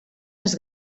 les